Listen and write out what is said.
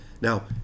Now